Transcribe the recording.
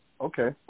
Okay